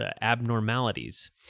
abnormalities